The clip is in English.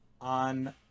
on